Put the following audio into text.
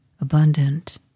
abundant